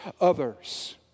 others